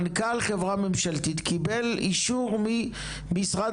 מנכ"ל חברה ממשלתית קיבל אישור ממשרד